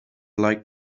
like